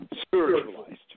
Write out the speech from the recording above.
spiritualized